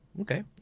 Okay